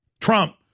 Trump